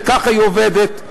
וככה היא עובדת.